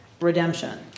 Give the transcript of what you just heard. redemption